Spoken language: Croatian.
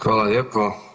Hvala lijepo.